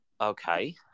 okay